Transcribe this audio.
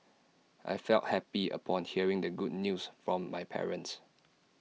I felt happy upon hearing the good news from my parents